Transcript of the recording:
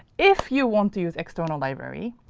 if you want to use external library,